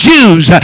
Jews